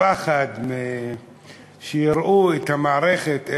והפחד שיראו את המערכת,